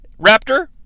raptor